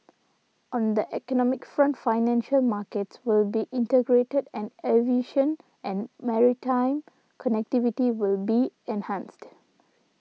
on the economic front financial markets will be integrated and aviation and maritime connectivity will be enhanced